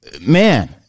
man